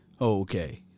okay